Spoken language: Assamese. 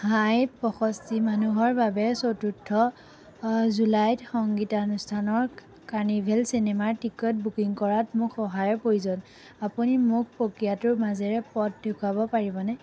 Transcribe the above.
হাই পঁয়ষষ্ঠি মানুহৰ বাবে চতুৰ্থ জুলাইত সংগীতানুষ্ঠানৰ কাৰ্নিভেল চিনেমাৰ টিকট বুকিং কৰাত মোক সহায়ৰ প্ৰয়োজন আপুনি মোক প্ৰক্ৰিয়াটোৰ মাজেৰে পথ দেখুৱাব পাৰিবনে